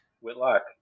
Whitlock